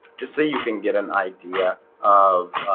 just so you can get an idea of